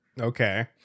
Okay